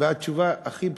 התשובה הכי פשוטה: